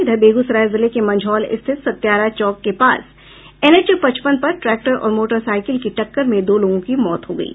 इधर बेगूसराय जिले के मंझौल स्थित सत्यारा चौक के पास एनएच पचपन पर ट्रैक्टर और मोटरसाईकिल की टक्कर में दो लोगों की मौत हो गयी